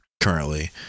currently